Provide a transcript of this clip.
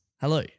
hello